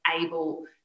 able